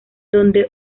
donde